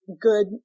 good